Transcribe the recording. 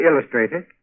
illustrated